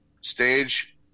stage